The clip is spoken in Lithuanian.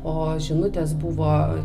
o žinutės buvo